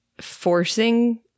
forcing